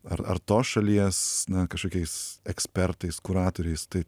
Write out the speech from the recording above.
ar ar tos šalies na kažkokiais ekspertais kuratoriais tai